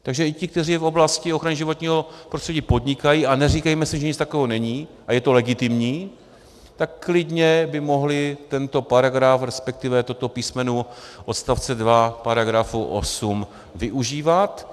Takže i ti, kteří v oblasti ochrany životního prostředí podnikají, a neříkejme si, že nic takového není, a je to legitimní, tak klidně by mohli tento paragraf, resp. toto písmeno odst. 2 § 8 využívat.